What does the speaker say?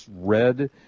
red